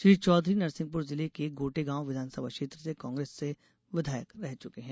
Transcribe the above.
श्री चौधरी नरसिंहपुर जिले के गोटेगांव विधानसभा क्षेत्र से कांग्रेस से विधायक रह चुके हैं